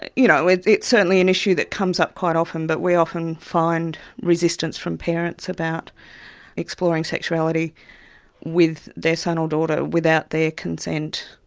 and you know it's it's certainly an issue that comes up quite often, but we often find resistance from parents about exploring sexuality with their son or daughter without their consent,